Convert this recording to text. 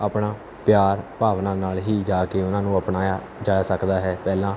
ਆਪਣਾ ਪਿਆਰ ਭਾਵਨਾ ਨਾਲ ਹੀ ਜਾ ਕੇ ਉਹਨਾਂ ਨੂੰ ਅਪਣਾਇਆ ਜਾ ਸਕਦਾ ਹੈ ਪਹਿਲਾਂ